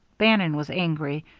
bannon was angry.